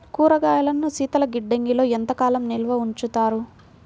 కూరగాయలను శీతలగిడ్డంగిలో ఎంత కాలం నిల్వ ఉంచుతారు?